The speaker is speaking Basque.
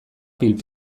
pil